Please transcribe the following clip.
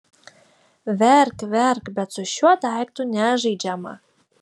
verk verk bet su šiuo daiktu nežaidžiama